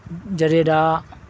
Jadeja